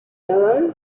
arrow